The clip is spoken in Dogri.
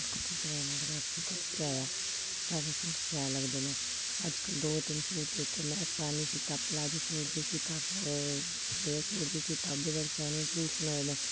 कु'त्थूं सिआया में आखनीं आपूं कु'त्थूं सिआया सारे सूट शैल लगदे न अजकल्ल दो तिन्न सूट दित्ते में इक अफगानी सीता में प्लाजो सूट बी सीता होर फ्लेयर सूट बी सीता ओह् बी बड़े सोह्ने सूट सलोऐ दे